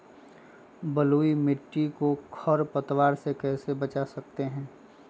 बलुई मिट्टी को खर पतवार से कैसे बच्चा सकते हैँ?